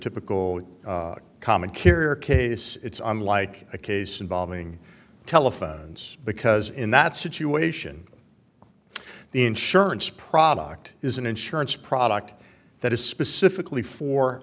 typical common carrier case it's unlike a case involving telephones because in that situation the insurance product is an insurance product that is specifically for